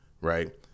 right